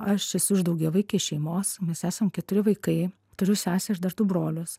aš esu iš daugiavaikės šeimos mes esam keturi vaikai turiu sesę ir dar du brolius